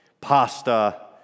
pasta